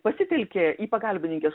pasitelkė į pagalbininkes